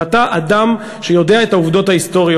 ואתה אדם שיודע את העובדות ההיסטוריות.